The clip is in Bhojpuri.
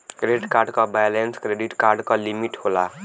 क्रेडिट कार्ड क बैलेंस क्रेडिट कार्ड क लिमिट होला